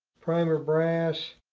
primer, brass,